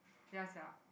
ya sia